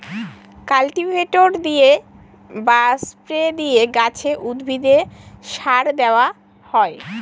cultivator দিয়ে বা spray দিয়ে গাছে, উদ্ভিদে সার দেওয়া হয়